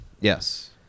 Yes